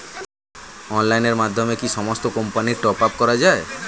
অনলাইনের মাধ্যমে কি সমস্ত কোম্পানির টপ আপ করা যায়?